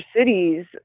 cities